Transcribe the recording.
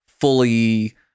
fully